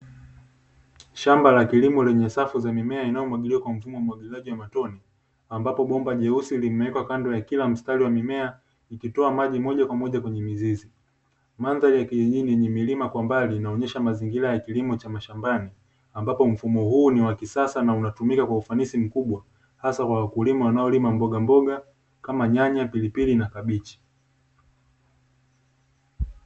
Shamba la kilimo lenye safu za mimea inayomwagiliwa kwa mfumo wa umwagiliziaji wa matone ambapo bomba jeusi limewekwa kando ya kila mstari wa mimea likitoa maji moja kwa moja kwenye mizizi. Mandhari ya kijijini yenye milima kwa mbali inaonesha mazingira ya kilimo cha mashambani ambapo mfumo huu ni wa kisasa unatumika kwa ufanisi mkubwa hasa kwa wakulima wanaolima mbogamboga kama: nyanya, pilipili na kabichi.